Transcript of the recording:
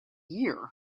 year